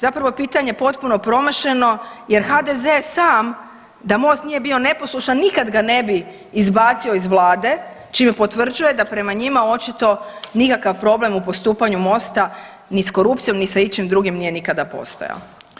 Zapravo pitanje je potpuno promašeno jer HDZ je sam da Most nije bio neposlušan nikad ga ne bi izbacio iz vlade čime potvrđuje da prema njima očito nikakav problem u postupanju Mosta ni s korupcijom, ni sa ičim drugim nije nikada postojao.